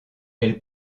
elle